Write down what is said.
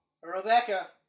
Rebecca